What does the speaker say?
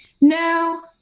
No